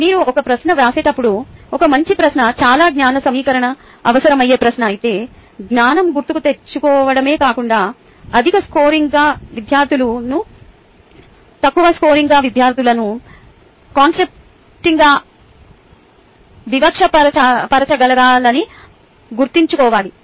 మీరు ఒక ప్రశ్న వ్రాసేటప్పుడు ఒక మంచి ప్రశ్న చాలా జ్ఞాన సమీకరణ అవసరమయ్యే ప్రశ్న అయితే జ్ఞానం గుర్తుకు తెచ్చుకోవడమే కాకుండా అధిక స్కోరింగ్ విద్యార్థులను తక్కువ స్కోరింగ్ విద్యార్థులకు స్పష్టంగా వివక్షపరచగలగాలి అని గుర్తుంచుకోవాలి